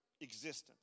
existence